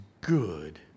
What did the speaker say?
good